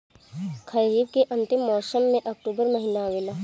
खरीफ़ के अंतिम मौसम में अक्टूबर महीना आवेला?